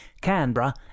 Canberra